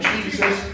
Jesus